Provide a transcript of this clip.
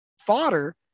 Fodder